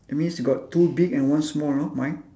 that means you got two big and one small you know mine